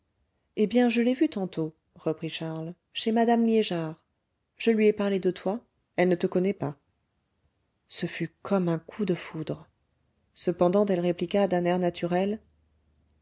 eh bien je l'ai vue tantôt reprit charles chez madame liégeard je lui ai parlé de toi elle ne te connaît pas ce fut comme un coup de foudre cependant elle répliqua d'un air naturel